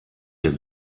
der